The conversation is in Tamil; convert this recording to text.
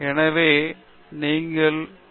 எனவே பெரும்பாலும் நான் ஒரு பேராசிரியராக பணிபுரிவேன்